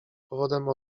powodem